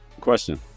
Question